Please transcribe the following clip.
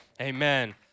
Amen